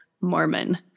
Mormon